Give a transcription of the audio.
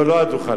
לא, לא על הדוכן.